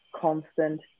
constant